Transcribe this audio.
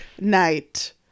Night